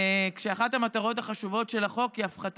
חשוב לי להדגיש,